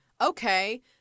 Okay